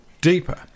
deeper